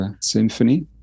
Symphony